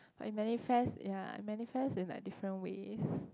but it manifest ya it manifest in like different ways